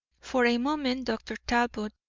for a moment dr. talbot,